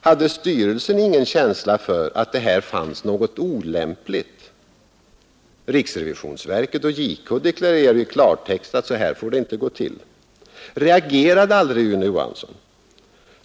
Hade styrelsen ingen känsla för att det här fanns något olämpligt? Riksrevisionsverket och JK deklarerar i klartext att så här får det inte gå till. Reagerade aldrig Rune Johansson?